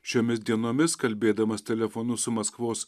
šiomis dienomis kalbėdamas telefonu su maskvos